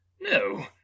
no